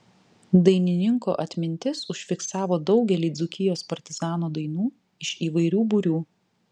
dainininko atmintis užfiksavo daugelį dzūkijos partizanų dainų iš įvairių būrių